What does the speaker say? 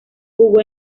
jugó